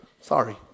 sorry